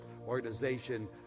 organization